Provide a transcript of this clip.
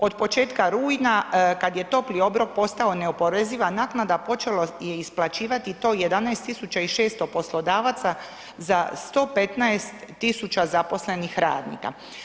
Od početka rujna kada je topli obrok postao neoporeziva naknada počelo je isplaćivati to 11600 poslodavaca za 115 tisuća zaposlenih radnika.